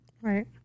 Right